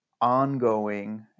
ongoing